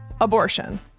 abortion